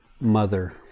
Mother